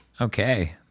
Okay